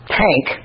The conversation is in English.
tank